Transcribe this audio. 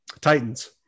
Titans